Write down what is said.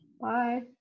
Bye